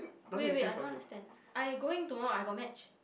wait wait I don't understand I going tomorrow I got match